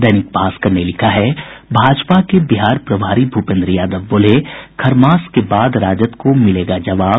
दैनिक भास्कर ने लिखा है भाजपा के बिहार प्रभारी भूपेन्द्र यादव बोले खरमास के बाद राजद को मिलेगा जवाब